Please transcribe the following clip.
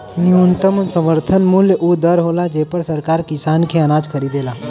न्यूनतम समर्थन मूल्य उ दर होला जेपर सरकार किसान के अनाज खरीदेला